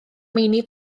meini